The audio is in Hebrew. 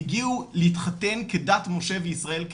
הגיעו להתחתן כדת משה וישראל,